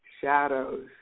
shadows